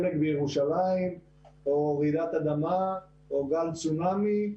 שלג בירושלים או רעידת אדמה או גל צונאמי,